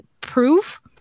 proof